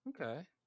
Okay